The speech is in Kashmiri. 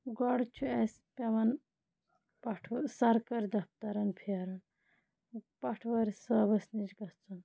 گۄڈٕ چھِ اَسہِ پیٚوان پَٹھٕ سَرکٲرۍ دَفتَرَن پھیرُن پَٹھوٲرۍ صٲبَس نِش گژھُن